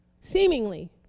Seemingly